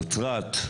נצרת,